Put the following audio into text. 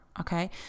okay